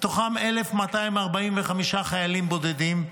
מהם 1,245 חיילים בודדים.